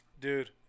Dude